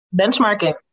Benchmarking